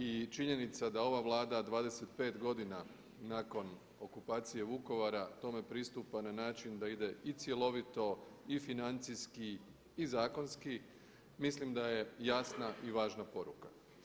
I činjenica da ova Vlada 25 godina nakon okupacije Vukovara tome pristupa na način da ide i cjelovito i financijski i zakonski, mislim da je jasna i važna poruka.